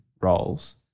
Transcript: roles